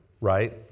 right